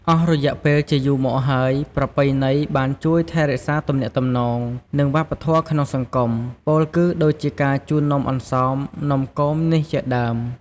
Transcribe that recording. អស់រយៈពេលជាយូរមកហើយ ប្រពៃណីបានជួយថែរក្សាទំនាក់ទំនង និងវប្បធម៌ក្នុងសង្គម ពោលគឺដូចជាការជូននំអន្សម នំគមនេះជាដើម។